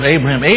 Abraham